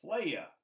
player